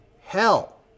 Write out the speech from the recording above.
hell